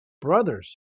brothers